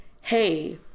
hey